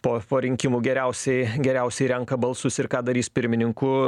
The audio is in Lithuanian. po po rinkimų geriausiai geriausiai renka balsus ir ką darys pirmininku